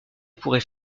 pourrait